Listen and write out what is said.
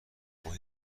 وای